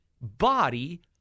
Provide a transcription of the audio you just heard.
body